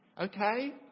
Okay